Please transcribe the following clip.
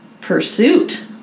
pursuit